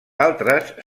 altres